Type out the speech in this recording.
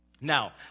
Now